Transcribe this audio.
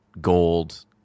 gold